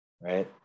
right